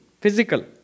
physical